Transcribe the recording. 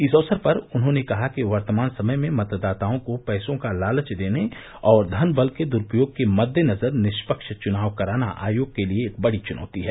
इस अवसर पर उन्होंने कहा कि वर्तमान समय में मतदाताओं को पैसों का लालच देने और धन बल के दुरूपयोग के मद्देनज़र निष्पक्ष चुनाव कराना आयोग के लिए बड़ी चुनौती है